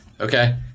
Okay